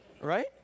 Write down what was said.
Right